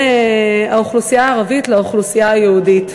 האוכלוסייה הערבית לאוכלוסייה היהודית.